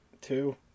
Two